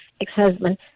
ex-husband